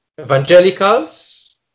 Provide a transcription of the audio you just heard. Evangelicals